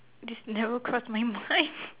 this never cross my mind